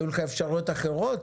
היו לך אפשרויות אחרות?